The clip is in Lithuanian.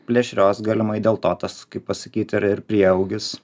plėšrios galimai dėl to tas kaip pasakyt ir prieaugis